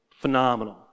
phenomenal